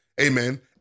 Amen